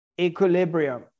equilibrium